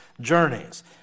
journeys